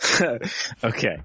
Okay